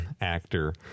actor